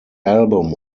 album